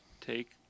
take